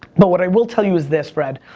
but what i will tell you is this fred,